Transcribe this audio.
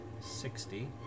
Sixty